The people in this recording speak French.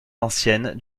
anciennes